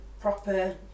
proper